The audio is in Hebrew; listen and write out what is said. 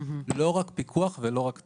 לא רק פיקוח ולא רק תלונה.